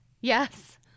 Yes